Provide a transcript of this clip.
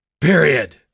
Period